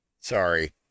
Sorry